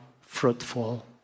fruitful